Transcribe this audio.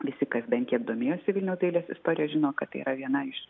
visi kas bent kiek domėjosi vilniaus dailės istorija žino kad tai yra viena iš